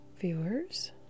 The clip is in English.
viewers